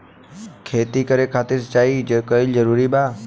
खेती करे खातिर सिंचाई कइल जरूरी बा का?